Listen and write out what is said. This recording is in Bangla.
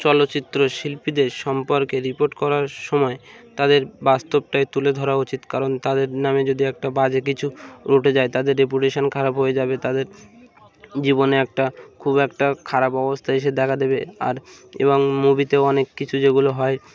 চলচ্চিত্র শিল্পীদের সম্পর্কে রিপোর্ট করার সময় তাদের বাস্তবটাই তুলে ধরা উচিত কারণ তাদের নামে যদি একটা বাজে কিছু উঠে যায় তাদের রেপুটেশান খারাপ হয়ে যাবে তাদের জীবনে একটা খুব একটা খারাপ অবস্থা এসে দেখা দেবে আর এবং মুভিতেও অনেক কিছু যেগুলো হয়